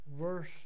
verse